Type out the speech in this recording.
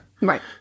Right